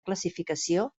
classificació